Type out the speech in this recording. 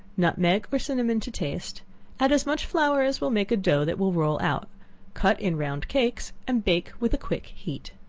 nutmeg or cinnamon to taste add as much flour as will make a dough that will roll out cut in round cakes and bake with a quick heat.